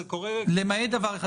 זה קורה כל העת.